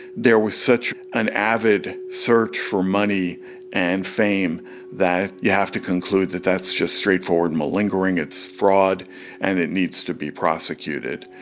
there was such an avid search for money and fame that you have to conclude that that's just straightforward malingering, it's fraud and it needs to be prosecuted.